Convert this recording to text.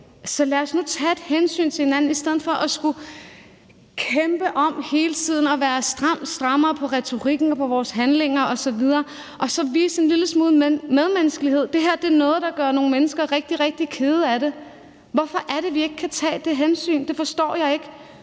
Så lad os nu tage et hensyn til hinanden i stedet for hele tiden at skulle kæmpe om at være stram, strammere på retorikken og i forhold til vores handlinger osv. og så vise en lille smule medmenneskelighed. Det her er noget, der gør nogle mennesker rigtig, rigtig kede af det. Hvorfor er det, vi ikke kan tage det hensyn? Det forstår jeg ikke.